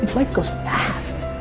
life goes fast.